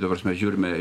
ta prasme žiūrime